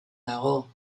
dago